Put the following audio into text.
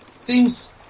Seems